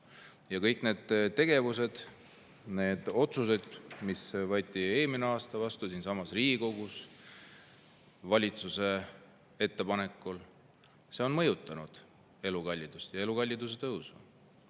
Kõik need tegevused, need otsused, mis võeti eelmine aasta vastu siinsamas Riigikogus valitsuse ettepanekul, on mõjutanud elukallidust ja elukalliduse tõusu.